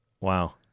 Wow